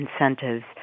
incentives